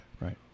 Right